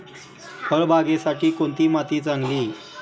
फळबागेसाठी कोणती माती चांगली?